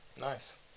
Nice